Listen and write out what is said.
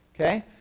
Okay